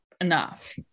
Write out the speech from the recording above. enough